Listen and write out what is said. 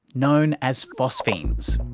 known as phosphenes.